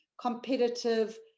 competitive